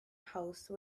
house